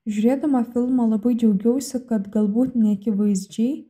žiūrėdama filmą labai džiaugiausi kad galbūt neakivaizdžiai